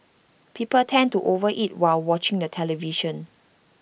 people tend to over eat while watching the television